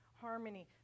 harmony